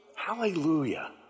Hallelujah